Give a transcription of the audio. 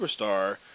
superstar